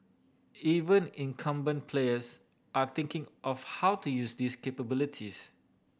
even incumbent players are thinking of how to use these capabilities